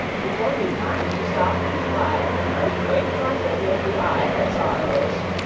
before he'd time to stop and fly, an earthquake trifled with the eye that saw a ghost.